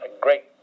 great